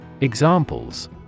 Examples